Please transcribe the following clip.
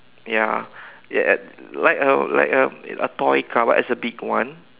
ya at like a like a a toy car but it's a big one